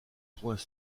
poings